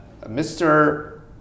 Mr